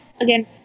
again